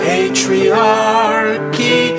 Patriarchy